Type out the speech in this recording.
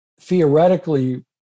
theoretically